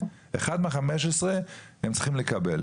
אחד מה-15 הם צריכים לקבל.